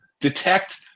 detect